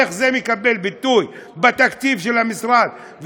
איך זה מקבל ביטוי בתקציב של המשרד?